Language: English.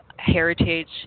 heritage